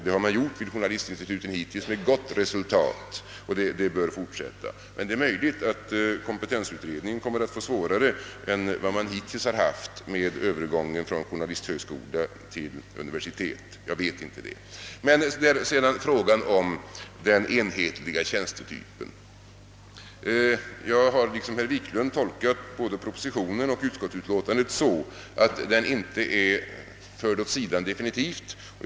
Det har man gjort hittills vid journalistinstituten med gott resultat. Det bör man fortsätta med. Men det är som sagt möjligt att kompetensutredningen kommer att få svårare än hittills med övergången från journalisthögskola till universitet. Vad sedan gäller frågan om den enhetliga tjänstetypen har både herr Wiklund i Härnösand och jag tolkat propositionen och utskottets utlåtande så, att den frågan inte definitivt har förts åt sidan.